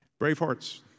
Braveheart's